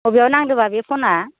अबेयाव नांदोंबा बे फनआ